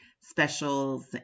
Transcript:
specials